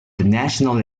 national